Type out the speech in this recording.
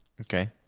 Okay